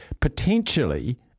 Potentially